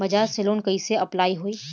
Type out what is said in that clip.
बज़ाज़ से लोन कइसे अप्लाई होई?